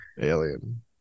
Alien